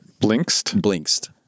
Blinkst